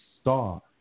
star